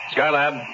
Skylab